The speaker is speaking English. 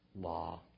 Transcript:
law